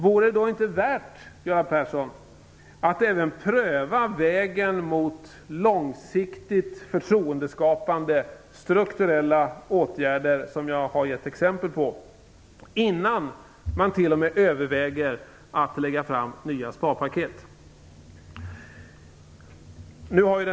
Vore det då inte värt, Göran Persson, att även pröva den väg mot långsiktigt förtroendeskapande, strukturella åtgärder som jag har gett exempel på innan ni t.o.m. överväger att lägga fram nya sparpaket?